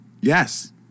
Yes